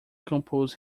composed